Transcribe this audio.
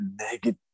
negative